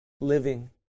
living